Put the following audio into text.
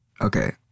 Okay